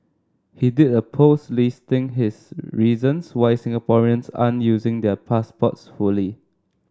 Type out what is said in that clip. he did a post listing his reasons why Singaporeans aren't using their passports fully